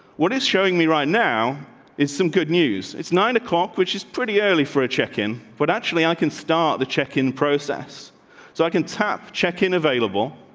what is showing me right now is some good news. it's nine o'clock, which is pretty early for a check in. but actually i can start the check in process so i can tap, checking, available.